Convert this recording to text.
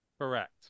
Correct